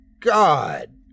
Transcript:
God